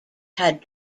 had